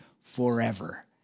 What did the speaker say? forever